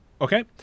Okay